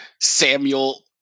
Samuel